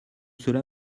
cela